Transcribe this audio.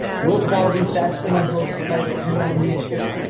wilt thou be fast to my hopes, if i depend on the issue?